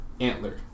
antler